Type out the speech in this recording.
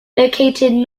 located